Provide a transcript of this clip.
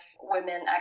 women